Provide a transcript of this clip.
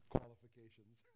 Qualifications